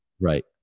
Right